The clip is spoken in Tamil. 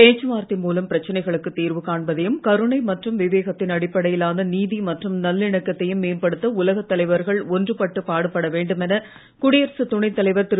பேச்சுவார்த்தை மூலம் பிரச்சனைகளுக்குத் தீர்வு காண்பதையும் கருணை மற்றும் விவேகத்தின் அடிப்படையிலான நீதி மற்றும் நல்லிணக்கத்தையும் மேம்படுத்த உலகத் தலைவர்கள் ஒன்றுபட்டு பாடுபட வேண்டுமென குடியரசுத் துணைத் தலைவர் திரு